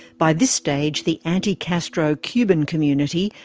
by this stage, the anti-castro cuban community,